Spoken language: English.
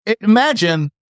Imagine